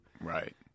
Right